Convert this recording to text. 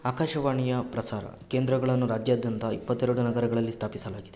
ಆಕಾಶವಾಣಿಯ ಪ್ರಸಾರ ಕೇಂದ್ರಗಳನ್ನು ರಾಜ್ಯಾದ್ಯಂತ ಇಪ್ಪತ್ತೆರಡು ನಗರಗಳಲ್ಲಿ ಸ್ಥಾಪಿಸಲಾಗಿದೆ